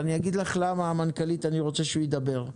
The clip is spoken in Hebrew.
אגיד לך למה אני רוצה שליאור שאלתיאל ידבר.